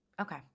okay